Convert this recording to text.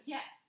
Yes